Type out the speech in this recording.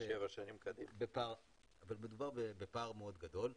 בפער מאוד גדול.